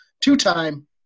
two-time